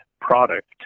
product